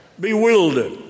Bewildered